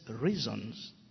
reasons